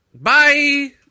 Bye